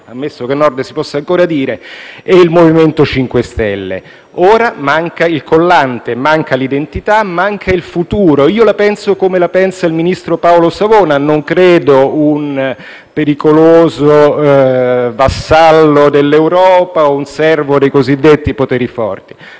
ammesso che «Nord» si possa ancora dire - e il MoVimento 5 Stelle. Ora manca il collante, mancano l'identità e il futuro. Io la penso come il ministro Paolo Savona che non credo sia un pericoloso vassallo dell'Europa, un servo dei cosiddetti poteri forti.